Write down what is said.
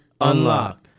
Unlock